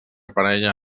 parella